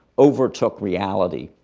overtook reality.